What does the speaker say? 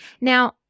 Now